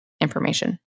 information